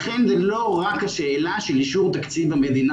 לכן זו לא רק השאלה של אישור תקציב המדינה,